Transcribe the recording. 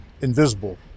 invisible